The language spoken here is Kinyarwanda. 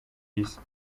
isi